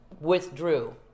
withdrew